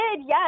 yes